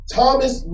Thomas